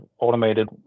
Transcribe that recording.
automated